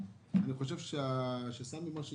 אני חושב שמה שהיה